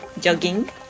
jogging